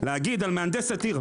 להגיד על מהנדסת עיר,